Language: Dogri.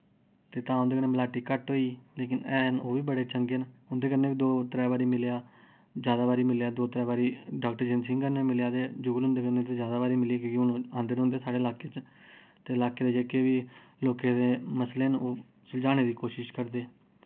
ते तां उं'दे कन्नै मलाटी घट होई लेकिन हैन ओह् बी बड़े चंगे न उं'दे कन्नै बी दो त्रै बारी मिल्लेआ जैदाबारी मिल्लेआ दो त्रै बारी डाक्टर जतींद्र सिंह कन्नै मिल्लेआ उं'दे कन्नै ते जैदा बारी मिल्लेआ क्योंकि हून औंदे रौंह्दे साढ़े लाके च ते लाके दे जेह्के बी लोकें दे मसले न ओह् सलझाने दी कोशिश करदे